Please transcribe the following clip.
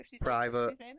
private